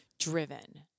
driven